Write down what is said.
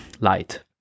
light